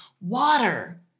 water